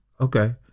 Okay